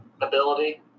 ability